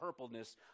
purpleness